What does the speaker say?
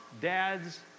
dads